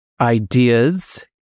ideas